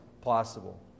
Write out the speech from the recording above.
possible